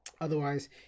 Otherwise